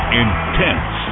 intense